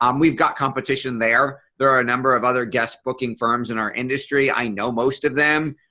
um we've got competition there. there are a number of other guests booking firms in our industry. i know most of them